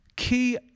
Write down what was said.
Key